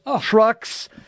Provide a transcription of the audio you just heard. trucks